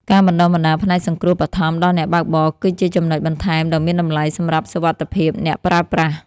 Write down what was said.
ការបណ្តុះបណ្តាលផ្នែកសង្គ្រោះបឋមដល់អ្នកបើកបរ គឺជាចំណុចបន្ថែមដ៏មានតម្លៃសម្រាប់សុវត្ថិភាពអ្នកប្រើប្រាស់។